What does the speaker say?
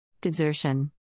Desertion